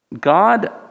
God